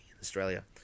Australia